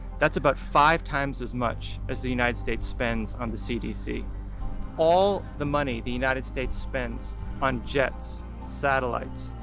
that's about five times as much as the united states spends on the cdc all the money the united states spends on jets, satellites,